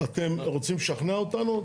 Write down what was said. אתם רוצים לשכנע אותנו?